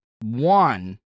one